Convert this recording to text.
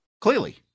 Clearly